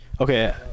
okay